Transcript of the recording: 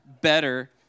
better